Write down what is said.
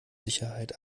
sicherheit